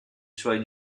suoi